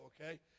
okay